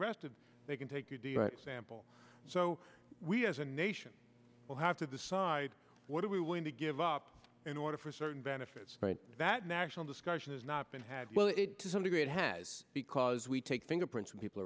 arrested they can take your d n a sample so we as a nation will have to decide what are we willing to give up in order for certain benefits that national discussion has not been had well it to some degree it has because we take fingerprints of people